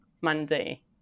Monday